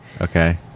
Okay